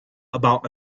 about